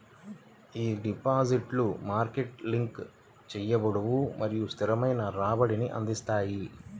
ఈ డిపాజిట్లు market link చేయబడవు మరియు స్థిరమైన రాబడిని అందిస్తాయి